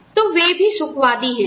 तो वे भी सुखवादी हैं